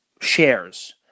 shares